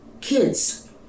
kids